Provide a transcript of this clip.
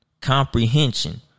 Comprehension